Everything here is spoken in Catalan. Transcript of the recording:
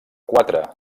quatre